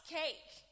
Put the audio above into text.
cake